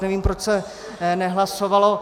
Nevím, proč se nehlasovalo.